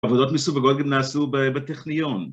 עבודות מסווגות גם נעשו בטכניון.